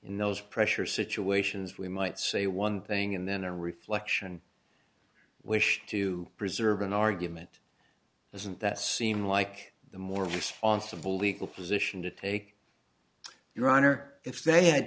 in those pressure situations we might say one thing and then a reflection wish to preserve an argument doesn't that seem like the more responsible legal position to take your honor if they had